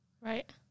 right